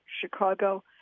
Chicago